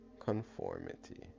Conformity